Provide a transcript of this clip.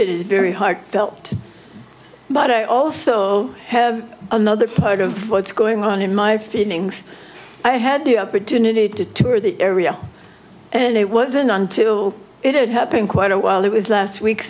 it is very heartfelt but i also have another part of what's going on in my feelings i had the opportunity to tour the area and it wasn't until it happened quite a while there was last week